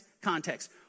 context